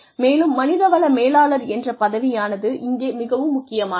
மேலும் மனிதவள மேலாளர் என்ற பதவியானது இங்கே மிகவும் முக்கியமானது